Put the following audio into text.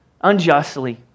unjustly